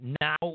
now